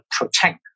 protect